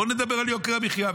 בוא נדבר על יוקר המחיה,